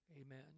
amen